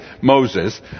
Moses